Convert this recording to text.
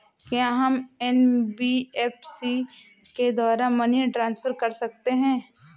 क्या हम एन.बी.एफ.सी के द्वारा मनी ट्रांसफर कर सकते हैं?